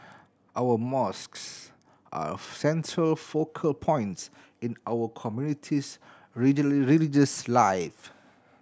our mosques are a central focal point in our community's religious life